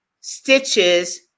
Stitches